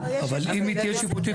יתכן שיהיה נכון,